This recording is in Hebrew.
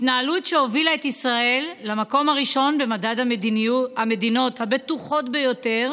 התנהלות שהובילה את ישראל למקום הראשון במדד המדינות הבטוחות ביותר